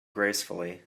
gracefully